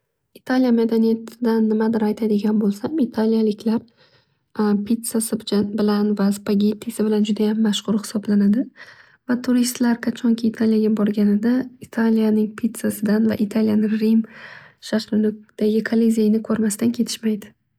Italiya madaniyatidan nimadir aytadigan bo'lsam. Italiyaliklar pitsasi bilan va spagettisi bilan judayam mashhur hisoblanadi. Va turistlar qachonki Italiyaga borganida Italiyaning pitsasidan va Italiyaning Rim shahrinidagi Kolizeyni ko'rmasdan ketishmaydi.